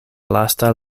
lasta